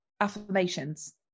affirmations